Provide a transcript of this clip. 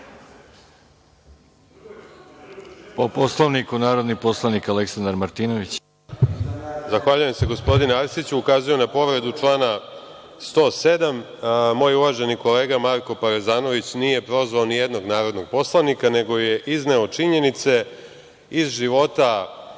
poslanik Aleksandar Martinović. **Aleksandar Martinović** Zahvaljujem se, gospodine Arsiću. Ukazujem na povredu člana 107.Moj uvaženi kolega Marko Parezanović nije prozvao nijednog narodnog poslanika, nego je izneo činjenice iz života